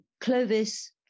Clovis